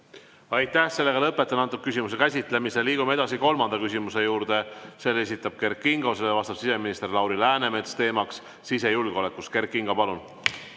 Aitäh! Sellega lõpetan küsimuse käsitlemise. Liigume edasi kolmanda küsimuse juurde. Selle esitab Kert Kingo, vastab siseminister Lauri Läänemets. Teemaks on sisejulgeolek. Kert Kingo, palun!